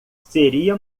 seria